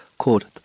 called